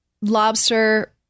lobster